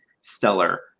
stellar